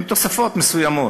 עם תוספות מסוימות,